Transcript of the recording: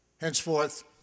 Henceforth